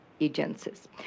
agencies